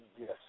Yes